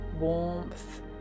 warmth